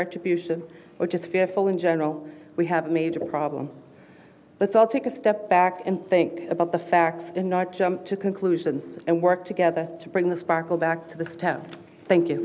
retribution which is fearful in general we have a major problem let's all take a step back and think about the facts and not jump to conclusions and work together to bring the sparkle back to the stone thank